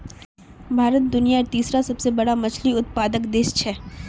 भारत दुनियार तीसरा सबसे बड़ा मछली उत्पादक देश छे